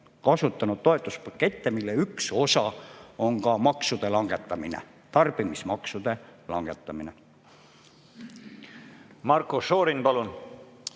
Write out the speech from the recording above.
kasutanud toetuspakette, mille üks osa on ka maksude, tarbimismaksude langetamine. Marko Šorin, palun!